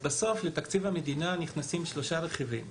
בסוף לתקציב המדינה נכנסים שלושה רכיבים: